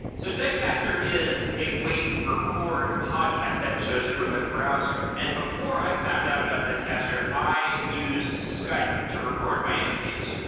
so zencastr is a way to record podcast episodes from the browser. and before i found out about zencastr, i used skype to record my interviews.